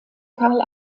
karl